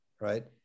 right